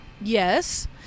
Yes